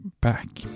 back